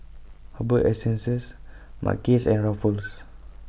Herbal Essences Mackays and Ruffles